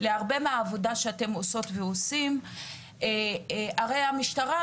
לעבודה שאתם עושים, הרי המשטרה,